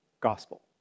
gospel